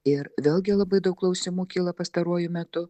ir vėlgi labai daug klausimų kyla pastaruoju metu